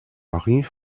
marie